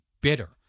bitter